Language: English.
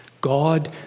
God